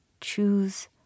choose